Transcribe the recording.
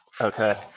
okay